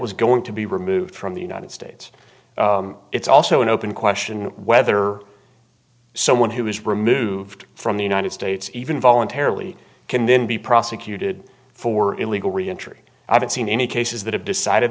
was going to be removed from the united states it's also an open question whether someone who was removed from the united states even voluntarily can then be prosecuted for illegal reentry i haven't seen any cases that have decided